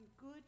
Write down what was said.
good